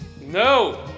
No